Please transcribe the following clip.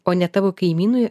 o ne tavo kaimynui